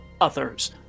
others